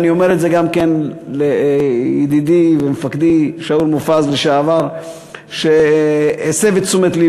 ואני אומר את זה גם לידידי ומפקדי לשעבר שאול מופז,